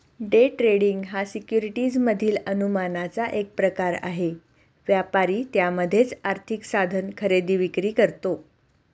day trading हा securities मधील अनुमानाचा एक प्रकार आहे, व्यापारी त्यामध्येच आर्थिक साधन खरेदी विक्री करतो